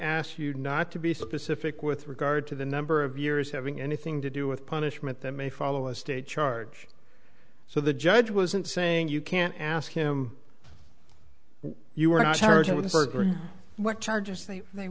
ask you not to be specific with regard to the number of years having anything to do with punishment that may follow a state charge so the judge wasn't saying you can't ask him you were not charged with burglary what charges they they